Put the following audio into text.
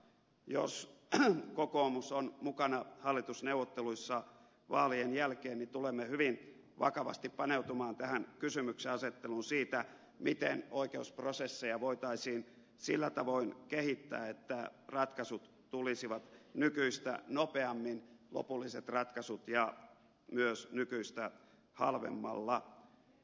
jos kokoomus on mukana hallitusneuvotteluissa vaalien jälkeen niin tulemme hyvin vakavasti paneutumaan tähän kysymyksenasetteluun siitä miten oikeusprosesseja voitaisiin sillä tavoin kehittää että lopulliset ratkaisut tulisivat nykyistä nopeammin ja myös nykyistä halvemmalla